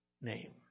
name